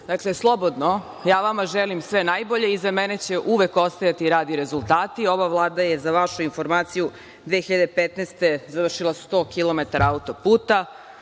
dakle, slobodno. Ja vama želim sve najbolje. Iza mene će uvek ostajati rad i rezultati. Ova Vlada je, za vašu informaciju, 2015. godine završila 100 kilometara